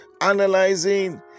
analyzing